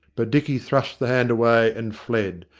but dicky thrust the hand away and fled,